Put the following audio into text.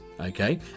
okay